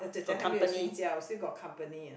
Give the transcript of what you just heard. oh jie jie 还没有睡觉 still got company you know